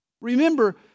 Remember